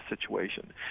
situation